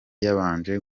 yabanje